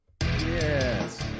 yes